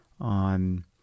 on